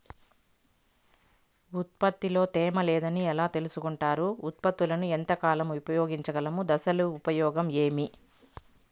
ఉత్పత్తి లో తేమ లేదని ఎలా తెలుసుకొంటారు ఉత్పత్తులను ఎంత కాలము ఉంచగలము దశలు ఉపయోగం ఏమి?